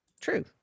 True